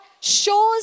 shows